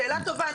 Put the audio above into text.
שאלה טובה.